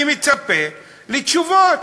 אני מצפה לתשובות,